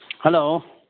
hello